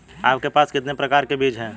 आपके पास कितने प्रकार के बीज हैं?